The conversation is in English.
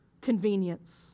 convenience